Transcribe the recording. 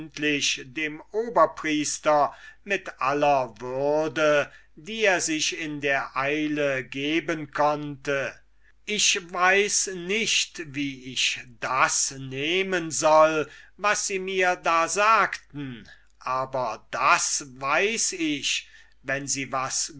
dem oberpriester mit aller würde die er sich in der eile geben konnte ich weiß nicht wie ich das nehmen soll was sie mir da sagten aber das weiß ich wenn sie was